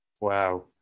Wow